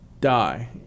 die